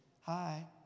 hi